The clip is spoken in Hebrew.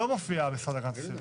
לא מופיע המשרד להגנת הסביבה.